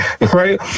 right